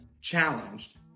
challenged